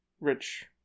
rich